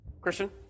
Christian